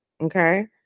okay